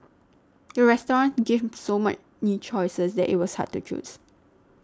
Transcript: the restaurant gave so many choices that it was hard to choose